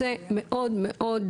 זהו דיון ראשון בנושא מאוד מאוד כבד